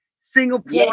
Singapore